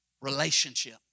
relationship